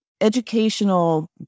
educational